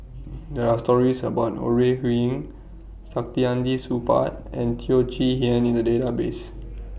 There Are stories about Ore Huiying Saktiandi Supaat and Teo Chee Hean in The Database